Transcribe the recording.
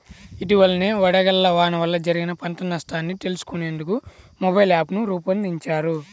ఇటీవలనే వడగళ్ల వాన వల్ల జరిగిన పంట నష్టాన్ని తెలుసుకునేందుకు మొబైల్ యాప్ను రూపొందించారు